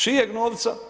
Čijeg novca?